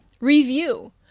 review